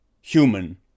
human